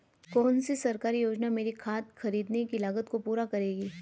कौन सी सरकारी योजना मेरी खाद खरीदने की लागत को पूरा करेगी?